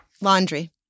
laundry